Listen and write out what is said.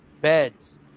Beds